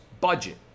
budget